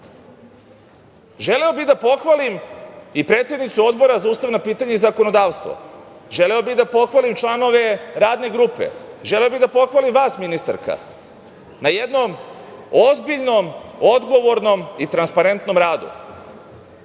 bih da pohvalim i predsednicu Odbora za ustavna pitanja i zakonodavstvo, želeo bih da pohvalim članove Radne grupe, želeo bih da pohvalim vas ministarka na jednom ozbiljnom, odgovornom i transparentnom radu. Ne